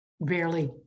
barely